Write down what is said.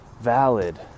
valid